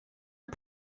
are